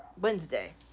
Wednesday